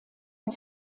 der